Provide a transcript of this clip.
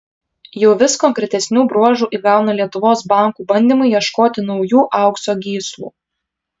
jau vis konkretesnių bruožų įgauna lietuvos bankų bandymai ieškoti naujų aukso gyslų